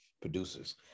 producers